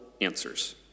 answers